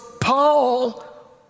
Paul